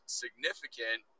significant